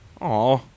Aw